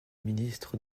ministre